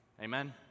amen